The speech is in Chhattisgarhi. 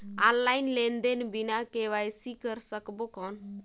ऑनलाइन लेनदेन बिना के.वाई.सी कर सकबो कौन??